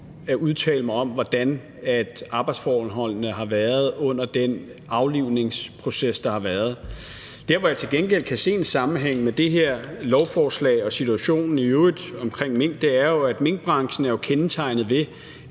at udtale mig om, hvordan arbejdsforholdene har været under den aflivningsproces, der har været. Der, hvor jeg til gengæld kan se en sammenhæng mellem det her lovforslag og situationen i øvrigt omkring mink, er, at minkbranchen jo er kendetegnet ved